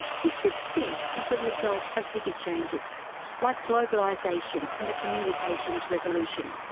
his success is the result of bigger changes like globalisation and the communications revolution.